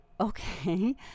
okay